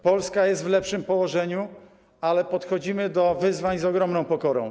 Polska jest w lepszym położeniu, ale podchodzimy do wyzwań z ogromną pokorą.